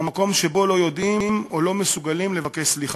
המקום שבו לא יודעים או לא מסוגלים לבקש סליחה,